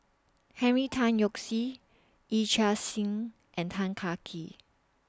Henry Tan Yoke See Yee Chia Hsing and Tan Kah Kee